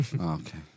Okay